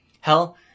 Hell